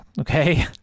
Okay